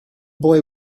boy